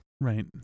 Right